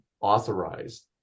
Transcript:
authorized